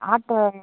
auto